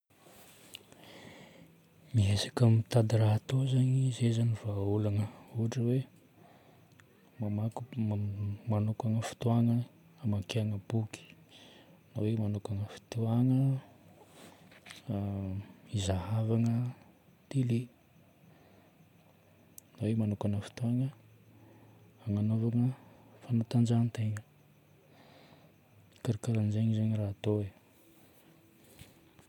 Miezaka mitady raha atao zagny, izay zagny vahaolagna. Ohatra hoe manokagna fotoagna hamakiagna boky, na hoe manokagna fotoagna hizahavana télé, na hoe manokagna fotoagna hagnanovana fanatanjahan-tegna. Karakarahan'izay zagny raha atao e.